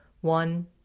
One